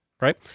Right